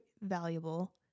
valuable